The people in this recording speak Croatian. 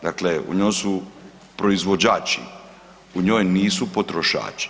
Dakle, u njoj su proizvođači, u njoj nisu potrošači.